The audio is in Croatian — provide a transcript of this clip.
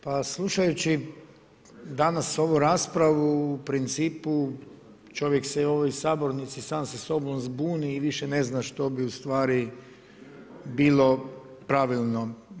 Pa slušajući danas ovu raspravu, u principu čovjek se u sabornici sam sa sobom zbuni i više ne zna što bi u stvari bilo pravilno.